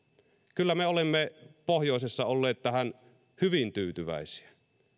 kyllä me olemme pohjoisessa olleet tähän hyvin tyytyväisiä